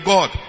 God